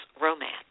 romance